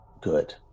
good